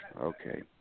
Okay